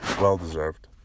well-deserved